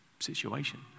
Situation